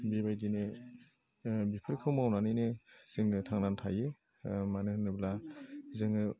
बेबायदिनो बिफोरखौ मावनानैनो जोंंनो थांनानै थायो मानो होनोब्ला जोङो